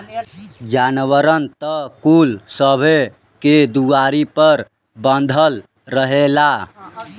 जानवरन त कुल सबे के दुआरी पर बँधल रहेला